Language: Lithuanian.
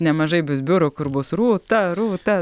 nemažai bus biurų kur bus rūta rūta